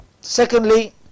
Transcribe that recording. Secondly